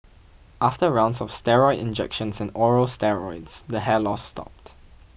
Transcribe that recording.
after rounds of steroid injections and oral steroids the hair loss stopped